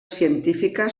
científica